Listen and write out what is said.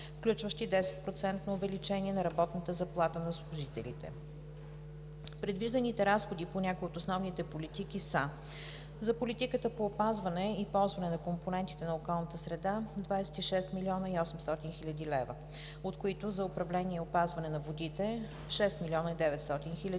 включващи 10% увеличение на работна заплата на служителите. Предвижданите разходи по някои от основните политики са: за политиката по опазване и ползване на компонентите на околната среда – 26 млн. 800 хил. лв., от които за управление и опазване на водите – 6 млн. 900 хил.